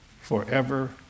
forever